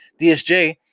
DSJ